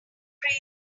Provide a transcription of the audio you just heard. crazy